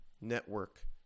network